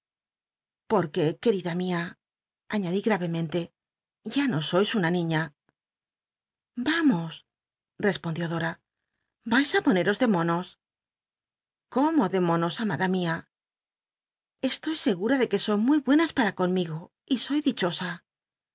porque querida mia añadí gravemente ya no sois una niiía vamos resllondió dora vais ü poneros de monos cómo de monos amada mía estoy segul'a do que son muy buenas pam conmigo y soy dichosa